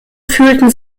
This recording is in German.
fühlten